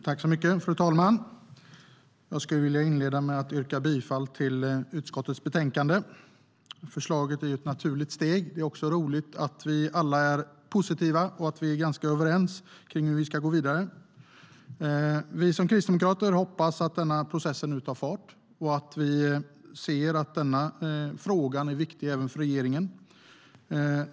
Fru talman! Jag skulle vilja inleda med att yrka bifall till utskottets förslag i betänkandet. Förslaget är ett naturligt steg. Det är också roligt att vi alla är positiva och ganska överens om hur vi ska gå vidare. Vi som kristdemokrater hoppas att denna process nu tar fart. Vi ser att frågan är viktig även för regeringen.